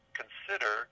consider